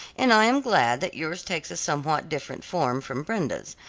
and i am glad that yours takes a somewhat different form from brenda's.